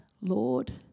Lord